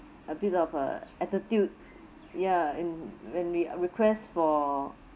a bit of a attitude ya and when we request for